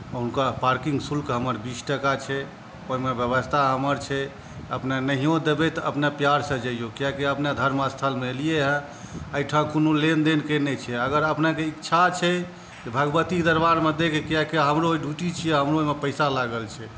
आ हुनका पार्किंग शुल्क हमर बीस टाका छै ओहिमे व्यवस्था हमर छै अपनेँ नहिओ देबै तऽ अपने प्यारसँ जइयौ किएकि अपने धर्म स्थलमे ऐलियैए एहिठाम कोनो लेनदेनके नहि छै अगर अपनेक इच्छा छै जे भगवतीक दरबारमे दै के किएकि हमरो ई ड्यूटी छियै हमरो एहिमे पैसा लागल छै